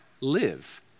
live